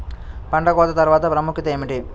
పంట కోత తర్వాత ప్రాముఖ్యత ఏమిటీ?